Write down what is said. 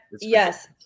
Yes